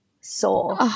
soul